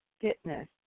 fitness